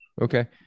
Okay